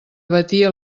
batia